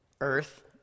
earth